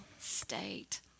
state